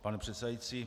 Pane předsedající.